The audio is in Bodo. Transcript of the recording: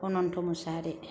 अनन्थ' मोसाहारि